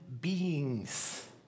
beings